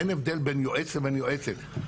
אין הבדל בין יועץ לבין יועצת.